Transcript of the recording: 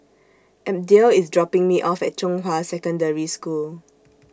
Abdiel IS dropping Me off At Zhonghua Secondary School